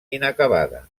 inacabada